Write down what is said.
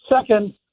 Second